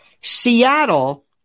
Seattle